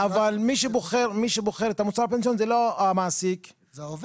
אבל מי שבוחר את המוצר הפנסיוני זה לא המעסיק --- זה העובד.